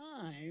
time